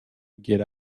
get